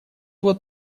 вот